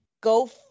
go